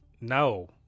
No